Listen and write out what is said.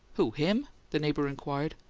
who? him? the neighbour inquired.